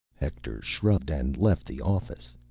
hector shrugged and left the office.